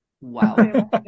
wow